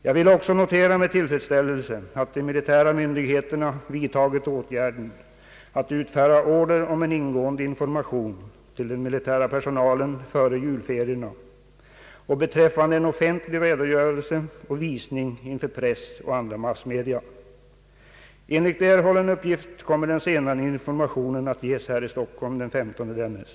Jag vill också notera med tillfredsställelse att de militära myndigheterna vidtagit åtgärden att utfärda order om en ingående information till den militära personalen före julferierna och att en offentlig redogörelse och visning inför press och andra massmedia skall ske. Enligt erhållen uppgift kommer den senare informationen att ges här i Stockholm den 15 dennes.